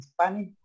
Spanish